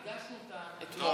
הגשנו אותה אתמול.